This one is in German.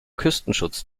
küstenschutz